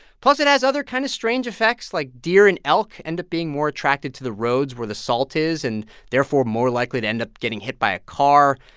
plus, it has other kind of strange effects, like deer and elk end up being more attracted to the roads where the salt is and therefore more likely to end up getting hit by a car.